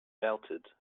melted